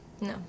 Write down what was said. No